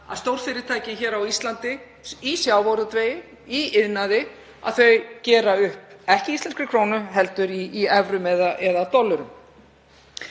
að stórfyrirtæki á Íslandi í sjávarútvegi, í iðnaði gera upp ekki í íslenskri krónu heldur í evrum eða dollurum.